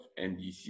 NDC